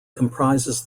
comprises